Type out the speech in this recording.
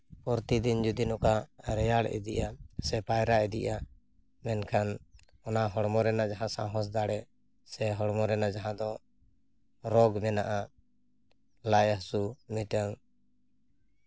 ᱯᱨᱚᱛᱤ ᱫᱤᱱ ᱡᱚᱫᱤ ᱱᱚᱝᱠᱟ ᱨᱮᱭᱟᱲ ᱤᱫᱤᱜᱼᱟ ᱥᱮ ᱯᱟᱭᱨᱟ ᱤᱫᱤᱜᱼᱟ ᱢᱮᱱᱠᱷᱟᱱ ᱚᱱᱟ ᱦᱚᱲᱢᱚ ᱨᱮᱱᱟᱜ ᱡᱟᱦᱟᱸ ᱥᱟᱦᱚᱥ ᱫᱟᱲᱮ ᱥᱮ ᱦᱚᱲᱢᱚ ᱨᱮᱱᱟᱜ ᱡᱟᱦᱟᱸ ᱫᱚ ᱨᱳᱜᱽ ᱢᱮᱱᱟᱜᱼᱟ ᱞᱟᱡ ᱦᱟᱹᱥᱩ ᱢᱤᱫᱴᱟᱱ